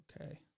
Okay